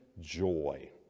joy